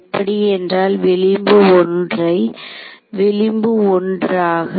எப்படி என்றால் விளிம்பு 1 ஐ விளிம்பு 1 ஆக